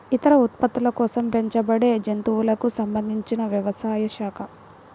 ఇతర ఉత్పత్తుల కోసం పెంచబడేజంతువులకు సంబంధించినవ్యవసాయ శాఖ